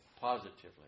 positively